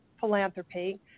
philanthropy